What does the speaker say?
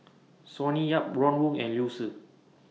Sonny Yap Ron Wong and Liu Si